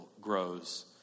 Grows